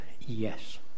yes